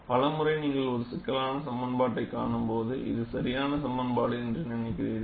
பல முறை நீங்கள் ஒரு சிக்கலான சமன்பாட்டை காணும்போது இது சரியான சமன்பாடு என்று நினைக்கிறீர்கள்